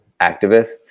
activists